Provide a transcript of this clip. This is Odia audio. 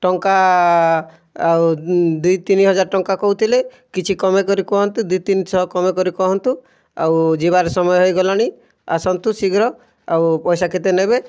ଟଙ୍କା ଆଉ ଦୁଇ ତିନିହଜାର ଟଙ୍କା କହୁଥିଲେ କିଛି କମେଇ କରି କୁହନ୍ତୁ ଦୁଇ ତିନି ଶହ କମେଇ କରି କହନ୍ତୁ ଆଉ ଯିବାର ସମୟ ହୋଇଗଲାଣି ଆସନ୍ତୁ ଶୀଘ୍ର ଆଉ ପଇସା କେତେ ନେବେ